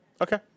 Okay